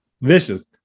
vicious